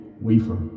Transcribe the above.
wafer